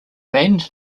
band